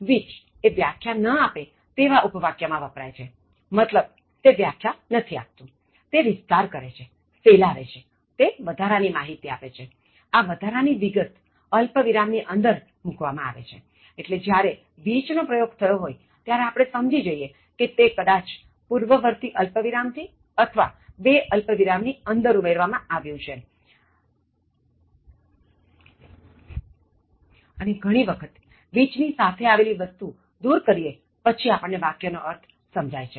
Which એ વ્યાખ્યા ન આપે તેવાં ઉપવાક્ય માં વપરાય છેમતલબ કે તે વ્યાખ્યા નથી આપતું તે વિસ્તાર કરે છે ફેલાવે છે તે વધારાની માહિતી આપે છે આ વધારાની વિગત અલ્પવિરામની અંદર મૂક્વામાં આવે છેએટલે જ્યારે which નો પ્રયોગ થયો હોય ત્યારે આપણે સમજી જઈએ કે તે કદાચ પૂર્વવર્તી અલ્પવિરામથી અથવા બે અલ્પવિરામની અંદર ઉમેરવામાં આવ્યું છેઅને ઘણી વખત which ની સાથે આવેલી વસ્તું દૂર કરીએ પછી વાક્ય નો અર્થ સમજાય છે